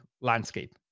landscape